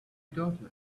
daughter